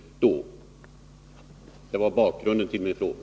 Detta var bakgrunden till min fråga.